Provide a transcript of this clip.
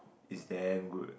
it's damn good